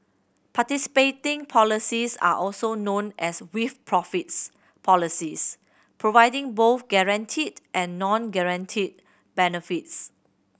participating policies are also known as with profits policies providing both guaranteed and non guaranteed benefits